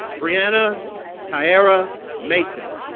brianna tierra mason